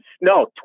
no